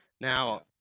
Now